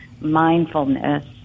mindfulness